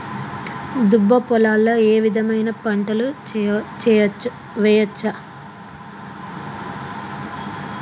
దుబ్బ పొలాల్లో ఏ విధమైన పంటలు వేయచ్చా?